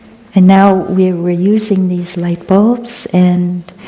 and now, we are using these light bulbs, and